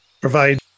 provide